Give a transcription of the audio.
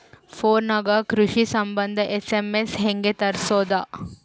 Phone ನಾಗೆ ಕೃಷಿ ಸಂಬಂಧ ಎಸ್.ಎಮ್.ಎಸ್ ಹೆಂಗ ತರಸೊದ?